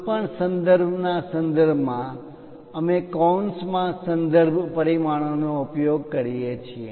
કોઈપણ સંદર્ભ ના સંદર્ભમાં અમે કૌંસમાં સંદર્ભ પરિમાણ નો ઉપયોગ કરીએ છીએ